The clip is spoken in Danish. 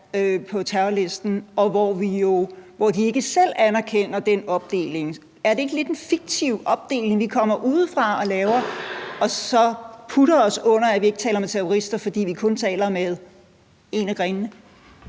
på terrorlisten, og som ikke selv anerkender den opdeling? Er det ikke en fiktiv opdeling, vi kommer udefra og laver, og så putter vi os under den og siger, at vi ikke taler med terrorister, fordi vi kun taler med en af grenene?